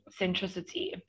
centricity